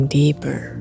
deeper